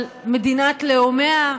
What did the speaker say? על מדינת לאומיה.